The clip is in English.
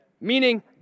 Meaning